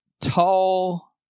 tall